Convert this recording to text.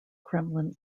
kremlin